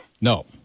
No